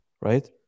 right